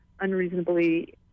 unreasonably